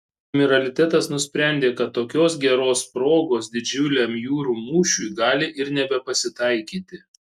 admiralitetas nusprendė kad tokios geros progos didžiuliam jūrų mūšiui gali ir nebepasitaikyti